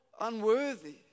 unworthy